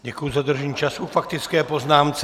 Děkuji za dodržení času k faktické poznámce.